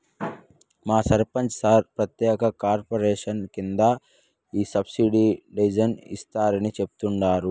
మా సర్పంచ్ సార్ ప్రత్యేక కార్పొరేషన్ కింద ఈ సబ్సిడైజ్డ్ ఇస్తారని చెప్తండారు